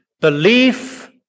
belief